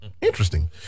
Interesting